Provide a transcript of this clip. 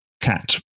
cat